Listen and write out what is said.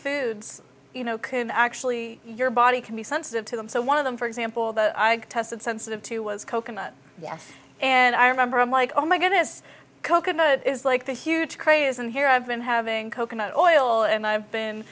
foods you know could actually your body can be sensitive to them so one of them for example that i tested sensitive to was coconut yes and i remember i'm like oh my goodness kokomo is like the huge craze and here i've been having coconut oil and i've been